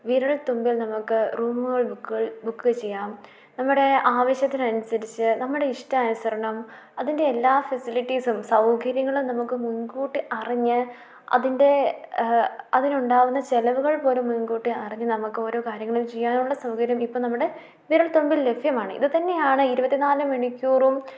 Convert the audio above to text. വിരൽ തുമ്പിൽ നമുക്ക് റൂമുകൾ ബുക്കുകൾ ബുക്ക് ചെയ്യാം നമ്മുടെ ആവശ്യത്തിനനുസരിച്ച് നമ്മുടെ ഇഷ്ടാനുസരണം അതിൻ്റെ എല്ലാ ഫെസിലിറ്റീസും സൗകര്യങ്ങളും നമുക്ക് മുൻകൂട്ടി അറിഞ്ഞ് അതിൻ്റെ അതിനുണ്ടാകുന്ന ചിലവുകൾ പോലും മുൻകൂട്ടി അറിഞ്ഞ് നമുക്കോരോ കാര്യങ്ങളും ചെയ്യാനുള്ള സൗകര്യം ഇപ്പം നമ്മുടെ വിരൽ തുമ്പിൽ ലഭ്യമാണ് ഇതു തന്നെയാണ് ഇരുപത്തിനാല് മണിക്കൂറും